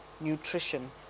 nutrition